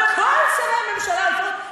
אבל כל שרי הממשלה הזאת,